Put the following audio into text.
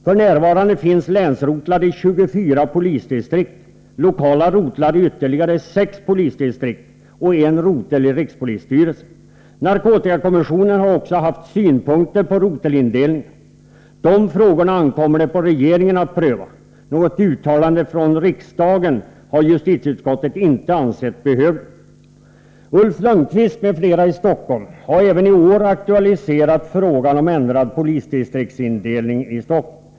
F. n. finns länsrotlar i 24 polisdistrikt, lokala rotlar i ytterligare 6 distrikt och en rotel i rikspolisstyrelsen. Narkotikakommissionen har också haft synpunkter på rotelindelningen. De frågorna ankommer det på regeringen att pröva. Något uttalande från riksdagen har justitieutskottet inte ansett behövligt. Ulf Lönnqvist m.fl. i Stockholm har även i år aktualiserat frågan om ändrad polisdistriktsindelning i Stockholm.